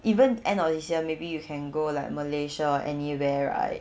even end of this year maybe you can go like malaysia or anywhere right